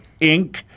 Inc